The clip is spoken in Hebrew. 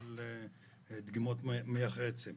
למשל דגימות מח עצם,